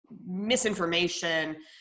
misinformation